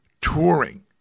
touring